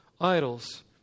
idols